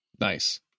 Nice